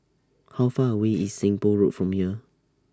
How Far away IS Seng Poh Road from here